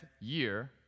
year